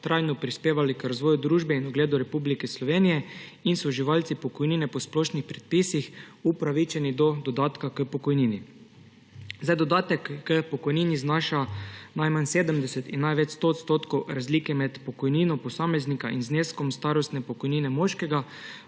trajno prispevali k razvoju družbe in ugledu Republike Slovenije in so uživalci pokojnine po splošnih predpisih, upravičeni do dodatka k pokojnini. Dodatek k pokojnini znaša najmanj 70 % in največ 100 % razlike med pokojnino posameznika in zneskom starostne pokojnine moškega,